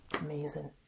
amazing